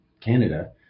Canada